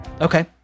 okay